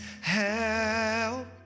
help